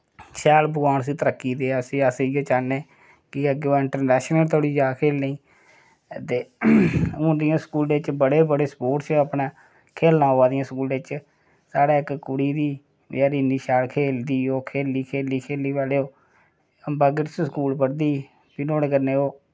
शैल भगवान उस्सी तरक्की देऐ उसी अस इयै चाह्ने कि अग्गै ओह् इंटरनैशनल धोंड़ी जा खेलने ते हुन जियां स्कूले च बड़े बड़े सस्पोर्ट्स अपने खेलना आवा दियां स्कूलें च साढ़ै इक कुड़ी ही बचारी इन्नी शैल खेलद पैह्ले ओह् अम्बागर्स स्कूल पढ़दी ही फ्ही नोह्ड़े कन्नै ओह्